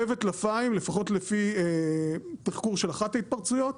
פה וטלפיים לפחות לפי תחקיר של אחת ההתפרצויות,